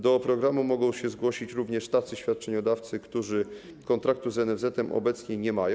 Do programu mogą się zgłosić również tacy świadczeniodawcy, którzy kontraktu z NFZ-etem obecnie nie mają.